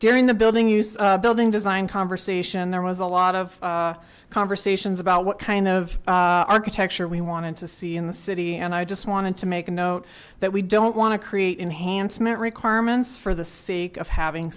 during the building use building design conversation there was a lot of conversations about what kind of architecture we wanted to see in the city and i just wanted to make a note that we don't want to create enhancement requirements for the sake of having